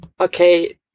okay